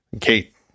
Kate